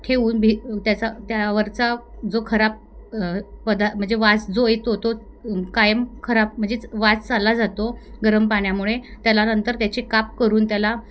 ठेवून भे त्याचा त्यावरचा जो खराब पदा म्हणजे वास जो येतो तो कायम खराब म्हणजेच वास चालला जातो गरम पाण्यामुळे त्याला नंतर त्याचे काप करून त्याला